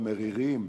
המרירים,